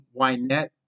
Wynette